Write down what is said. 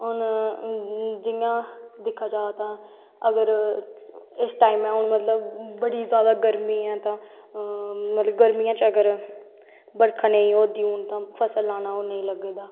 हून जियां दिक्खा जां तां अगर इस टाईम हून बड़ी जादा गर्मी ऐ तां मतलव गर्मियैं च अगर बरखां नेंई होआ दियां होन तां फसल लाना ओह् नेंई होआ दा